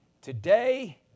Today